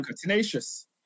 tenacious